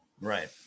right